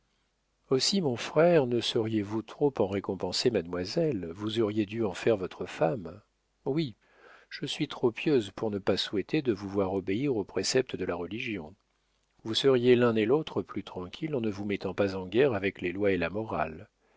aussi mon frère ne sauriez-vous trop en récompenser mademoiselle vous auriez dû en faire votre femme oui je suis trop pieuse pour ne pas souhaiter de vous voir obéir aux préceptes de la religion vous seriez l'un et l'autre plus tranquilles en ne vous mettant pas en guerre avec les lois et la morale